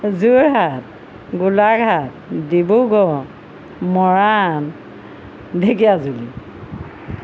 Jorhat Golaghat Dibrugarh Moran Dhekiajuli